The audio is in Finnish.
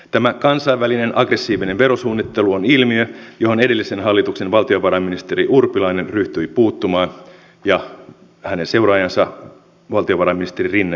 tämä kansainvälinen aggressiivinen verosuunnittelu on ilmiö johon edellisen hallituksen valtiovarainministeri urpilainen ryhtyi puuttumaan ja hänen seuraajansa valtiovarainministeri rinne jatkoi työtä